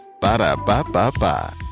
Ba-da-ba-ba-ba